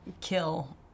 kill